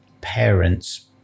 parents